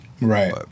right